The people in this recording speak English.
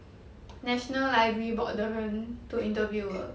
national library board 的人 to interview 的